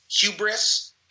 hubris